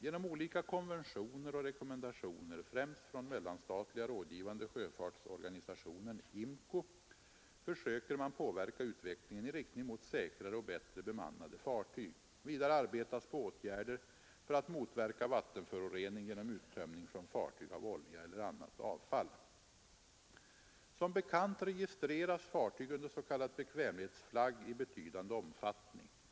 Genom olika konventioner och rekommendationer, främst från Mellanstatliga rådgivande sjöfartsorganisationen , försöker man påverka utbildningen i riktning mot säkrare och bättre bemannade fartyg. Vidare arbetas på åtgärder för att motverka vattenförorening genom uttömning från fartyg av olja eller annat avfall. Som bekant registreras fartyg under s.k. bekvämlighetsflagg i betydande omfattning.